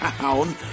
down